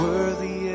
Worthy